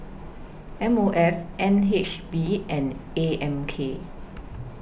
M O F N H B and A M K